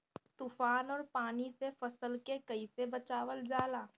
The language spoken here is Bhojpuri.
तुफान और पानी से फसल के कईसे बचावल जाला?